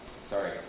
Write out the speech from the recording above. sorry